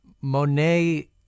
Monet